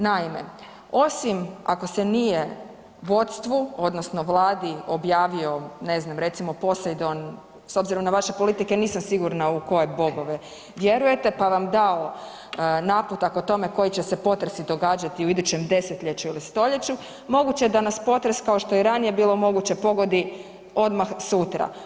Naime, osim ako se nije vodstvu odnosno Vladi objavio, ne znam, recimo, Posejdon, s obzirom na vaše politike, nisam sigurna u koje bogove vjerujete, pa vam dao naputak o tome koji će se potresi događati u idućem desetljeću ili stoljeću, moguće da nas potres, kao što je i ranije bilo moguće pogodi odmah sutra.